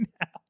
now